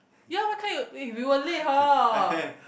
ya what kind you eh you were late hor